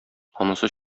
анысы